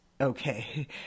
okay